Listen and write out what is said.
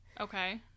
Okay